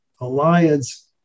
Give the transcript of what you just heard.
alliance